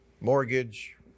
mortgage